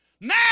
Now